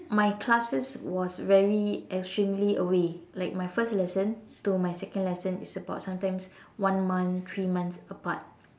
my classes was very extremely away like my first lesson to my second lesson is about sometimes like one month three months apart